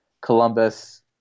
Columbus